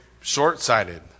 short-sighted